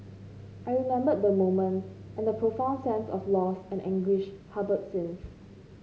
I remember the moment and the profound sense of loss and anguish harboured since